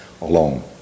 alone